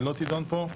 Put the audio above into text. ולא תידון פה.